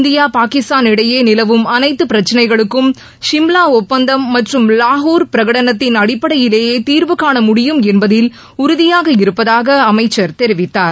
India Pakistan இடையே நிலவும் அனைத்து பிரச்னைகளுக்கும் சிம்லா ஒப்பந்தம் மற்றும் லாகூர் பிரகடனத்தின் அடிப்படையிலேயே தீர்வு காண முடியும் என்பதில் உறுதியாக இருப்பதாக அமைச்சர் தெரிவித்தார்